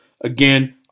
Again